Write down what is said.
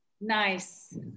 Nice